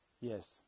Yes